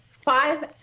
five